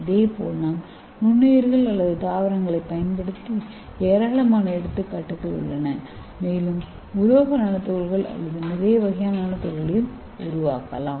இதேபோல் நாம் நுண்ணுயிரிகள் அல்லது தாவரங்களைப் பயன்படுத்த ஏராளமான எடுத்துக்காட்டுகள் உள்ளன மேலும் உலோக நானோ துகள்கள் அல்லது நிறைய வகையான நானோ துகள்களையும் உருவாக்கலாம்